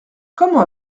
comment